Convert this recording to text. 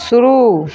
शुरू